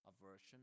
Aversion